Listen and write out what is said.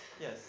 Yes